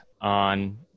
on